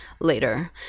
later